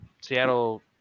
Seattle